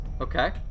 Okay